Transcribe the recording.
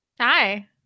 Hi